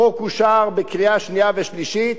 החוק אושר בקריאה שנייה ושלישית,